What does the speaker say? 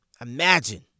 Imagine